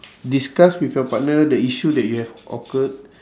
discuss with your partner the issue that you have occurred